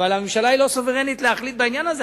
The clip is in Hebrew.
אבל הממשלה היא לא סוברנית להחליט בעניין הזה.